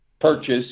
purchase